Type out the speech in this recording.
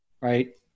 right